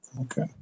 Okay